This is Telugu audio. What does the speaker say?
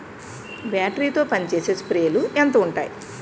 బ్యాటరీ తో పనిచేసే స్ప్రేలు ఎంత ఉంటాయి?